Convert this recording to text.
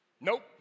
Nope